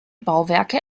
bauwerke